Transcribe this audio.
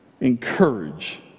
encourage